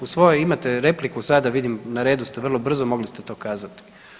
U svojoj imate repliku sada, vidim na redu ste vrlo brzo mogli ste to kazati.